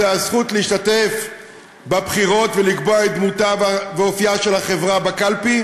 זו הזכות להשתתף בבחירות ולקבוע את דמותה ואופייה של החברה בקלפי,